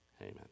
Amen